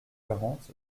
quarante